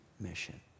mission